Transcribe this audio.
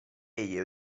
egli